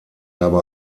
habe